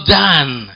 done